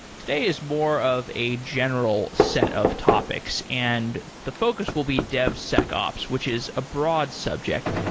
today is more of a general set of topics and the focus will be devsecops, which is a broad subject.